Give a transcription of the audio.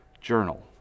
journal